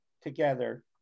together